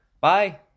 Bye